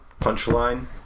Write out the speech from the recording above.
Punchline